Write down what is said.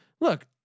look